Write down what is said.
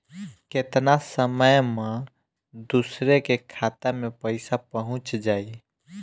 केतना समय मं दूसरे के खाता मे पईसा पहुंच जाई?